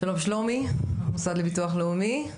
שלום שלומי, המוסד לביטוח לאומי.